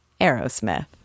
Aerosmith